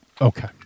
Okay